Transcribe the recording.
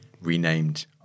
Renamed